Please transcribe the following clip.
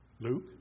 Luke